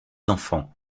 enfants